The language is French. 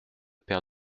père